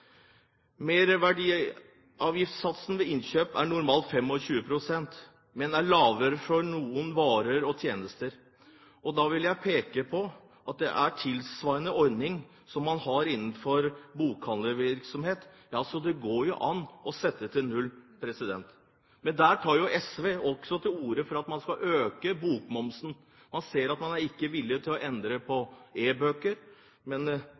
Merverdiavgiftssatsen ved innkjøp er normalt 25 pst., men lavere for noen varer og tjenester. Jeg vil peke på at det er en tilsvarende ordning som man har innenfor bokhandlervirksomhet. Så det går an å sette den til null. Men der tar jo Sosialistisk Venstreparti til orde for at man skal øke bokmomsen. Man ser at man ikke er villig til å endre